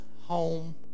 home